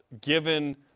given